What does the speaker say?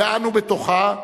ואנו בתוכה,